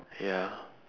ya